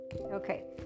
Okay